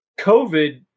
COVID